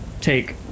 take